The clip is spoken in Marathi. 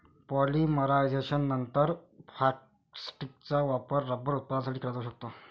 पॉलिमरायझेशननंतर, फॅक्टिसचा वापर रबर उत्पादनासाठी केला जाऊ शकतो